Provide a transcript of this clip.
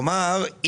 כלומר,